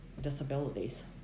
disabilities